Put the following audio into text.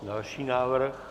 Další návrh?